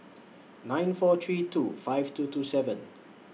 nine four three two five two two seven